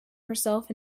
herself